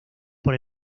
por